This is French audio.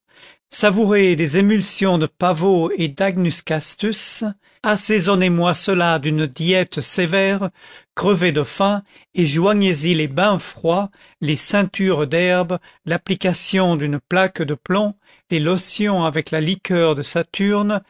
savourez des émulsions de pavots et d'agnuscastus assaisonnez moi cela d'une diète sévère crevez de faim et joignez-y les bains froids les ceintures d'herbes l'application d'une plaque de plomb les lotions avec la liqueur de saturne